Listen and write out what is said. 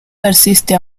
persiste